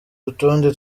rutonde